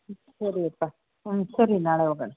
ಸರಿಯಪ್ಪ ಹ್ಞೂ ಸರಿ ನಾಳೆ ಹೋಗೋಣ